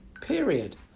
Period